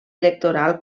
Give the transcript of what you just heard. electoral